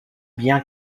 bien